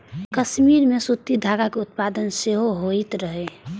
कश्मीर मे सूती धागा के उत्पादन सेहो होइत रहै